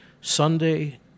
Sunday